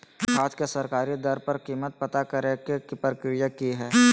खाद के सरकारी दर पर कीमत पता करे के प्रक्रिया की हय?